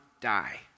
die